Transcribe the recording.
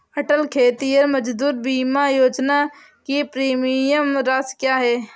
अटल खेतिहर मजदूर बीमा योजना की प्रीमियम राशि क्या है?